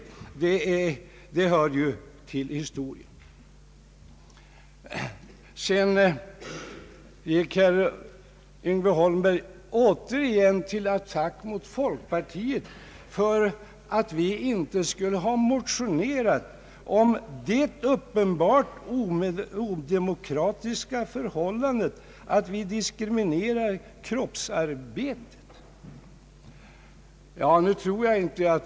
Även det hör till historien. Herr Yngve Persson gick återigen till attack mot folkpartiet för att vi inte skulle ha motionerat mot det uppenbart odemokratiska förhållandet att kroppsarbete i detta land diskrimineras.